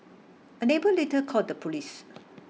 a neighbour later called the police